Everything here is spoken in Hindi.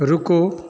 रुको